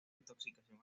intoxicación